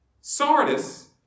Sardis